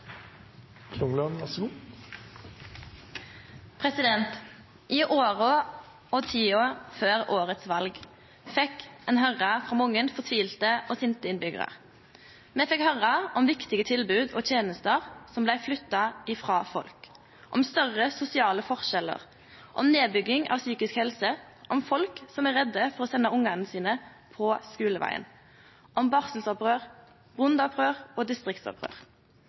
I åra og tida før årets val fekk ein høyre frå mange fortvilte og sinte innbyggjarar. Me fekk høyre om viktige tilbod og tenester som blei flytta frå folk, om større sosiale forskjellar, om nedbygging innan psykisk helse, om folk som var redde for å sende ungane sine på skulevegen, om barselopprør, bondeopprør og distriktsopprør.